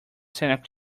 santa